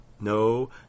no